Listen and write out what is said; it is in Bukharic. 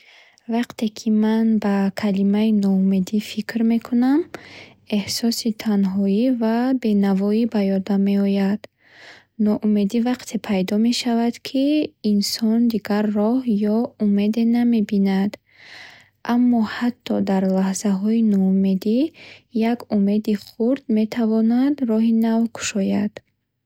Вақте ки ман ба калимаи ноумедӣ фикр мекунам, эҳсоси танҳоӣ ва бенавоӣ ба ёдам меояд. Ноумедӣ вақте пайдо мешавад, ки инсон дигар роҳ ё умеде намебинад. Аммо ҳатто дар лаҳзаҳои ноумедӣ, як умеди хурд метавонад роҳи нав кушояд.